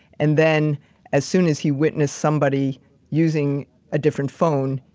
and then as soon as he witnessed somebody using a different phone,